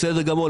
בסדר גמור,